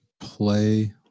play